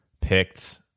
picked